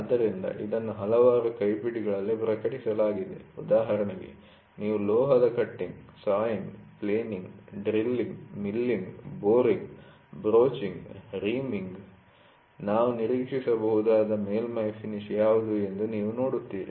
ಆದ್ದರಿಂದ ಇದನ್ನು ಹಲವಾರು ಕೈಪಿಡಿಗಳಲ್ಲಿ ಪ್ರಕಟಿಸಲಾಗಿದೆ ಉದಾಹರಣೆಗೆ ನೀವು ಲೋಹದ cutting sawing planing drilling milling boring broaching reaming ನಾವು ನಿರೀಕ್ಷಿಸಬಹುದಾದ ಮೇಲ್ಮೈ ಫಿನಿಶ್ ಯಾವುದು ಎಂದು ನೀವು ನೋಡುತ್ತೀರಿ